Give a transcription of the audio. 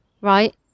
Right